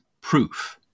proof